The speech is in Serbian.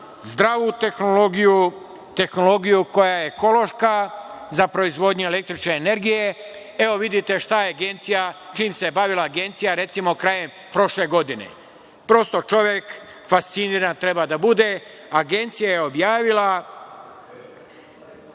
zdravu tehnologiju, tehnologiju koja je ekološka za proizvodnju električne energije, evo vidite čime se bavila Agencija, recimo, krajem prošle godine. Prosto čovek fasciniran treba da bude. Agencija je objavila